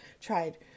tried